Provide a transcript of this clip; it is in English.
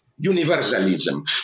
universalism